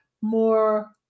more